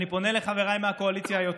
אני פונה לחבריי מהקואליציה היוצאת: